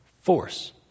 force